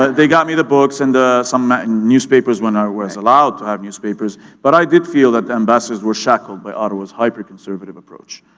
they got me the books and some newspapers when i was allowed to have newspapers but i did feel that the ambassadors were shackled by ottawa's hyper conservative approach.